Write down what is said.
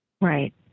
Right